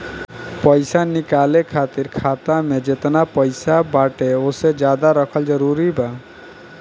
पईसा निकाले खातिर खाता मे जेतना पईसा बाटे ओसे ज्यादा रखल जरूरी बा?